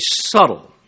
subtle